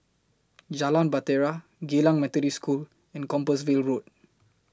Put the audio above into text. Jalan Bahtera Geylang Methodist School and Compassvale Road